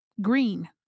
green